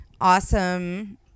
awesome